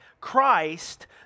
Christ